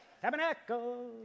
Tabernacle